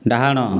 ଡାହାଣ